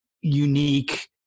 unique